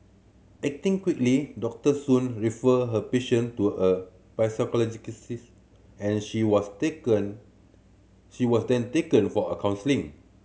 acting quickly Doctor Soon referred her patient to a and she was taken she was then taken for a counselling